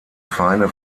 feine